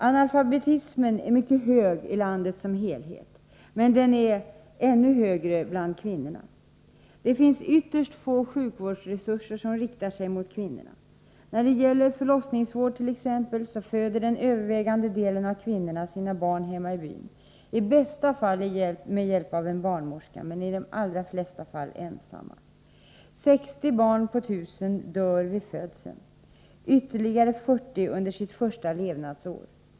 Analfabetismen i landet är mycket hög och allra högst bland kvinnorna. Det finns ytterst få sjukvårdsresurser som riktar sig till kvinnorna. Den övervägande delen av kvinnorna föder sina barn hemma i byn, i bästa fall med hjälp av en barnmorska, men i de allra flesta fall ensamma. 60 barn av 1 000 dör vid födseln och ytterligare 40 under sitt första levnadsår.